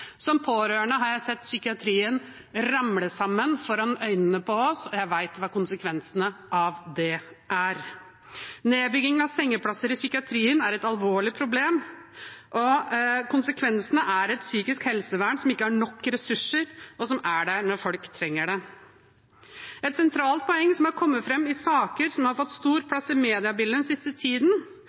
Som pårørende har jeg sett psykiatrien ramle sammen foran øynene på oss, og jeg vet hva konsekvensene av det er. Nedbygging av sengeplasser i psykiatrien er et alvorlig problem, og konsekvensen er et psykisk helsevern som ikke har nok ressurser til å være der når folk trenger det. Et sentralt poeng som er kommet fram i saker som har fått stor plass i mediebildet den siste tiden